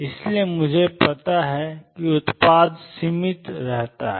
इसलिए मुझे पता है कि उत्पाद सीमित रहता है